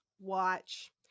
watch